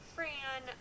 Fran